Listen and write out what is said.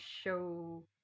show